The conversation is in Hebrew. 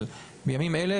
בימים אלה,